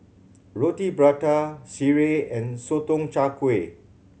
Roti Prata sireh and Sotong Char Kway